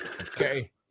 Okay